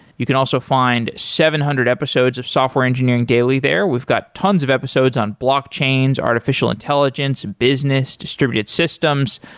you can also find seven hundred episodes of software engineering daily there. we've got tons of episodes on blockchains, artificial intelligence, business, distributed systems,